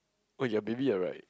oh you have baby ya right